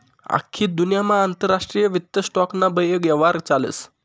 आख्खी दुन्यामा आंतरराष्ट्रीय वित्त स्टॉक ना बये यव्हार चालस